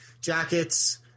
jackets